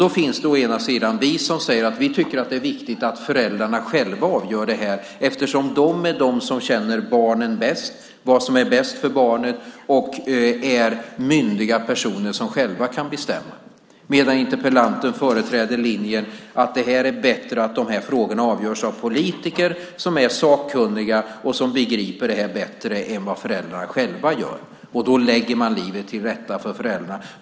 Å ena sidan finns där vi som tycker att det är viktigt att föräldrarna själva avgör detta eftersom det är de som bäst känner barnen och som vet vad som är bäst för barnen och eftersom de är myndiga personer som själva kan bestämma. Å andra sidan finns där interpellanten som företräder linjen att det är bättre att de här frågorna avgörs av politiker som är sakkunniga och som begriper det här bättre än föräldrarna själva gör. Då lägger man livet till rätta för föräldrarna.